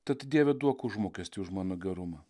tad dieve duok užmokestį už mano gerumą